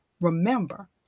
Remember